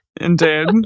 indeed